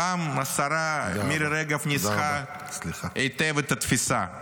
פעם השרה מירי רגב ניסחה היטב את התפיסה,